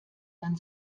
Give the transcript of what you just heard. dann